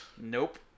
Nope